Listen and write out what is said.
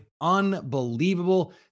Unbelievable